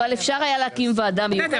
אפשר היה להקים ועדה מיוחדת.